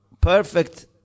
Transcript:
perfect